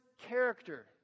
character